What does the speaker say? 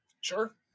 sure